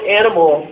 animal